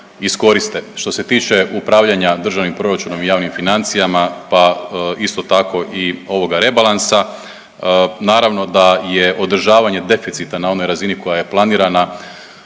iskoriste. Što se tiče upravljanja državnim proračunom i javnim financijama pa isto tako i ovoga rebalansa naravno da je održavanje deficita na onoj razini koja je planirana